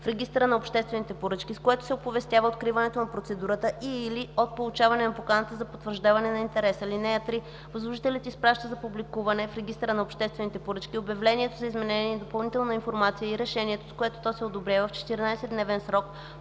в Регистъра на обществените поръчки, с което се оповестява откриването на процедурата, и/или от получаване на поканата за потвърждаване на интерес. (3) Възложителят изпраща за публикуване в Регистъра на обществените поръчки обявлението за изменение или допълнителна информация и решението, с което то се одобрява, в 14-дневен срок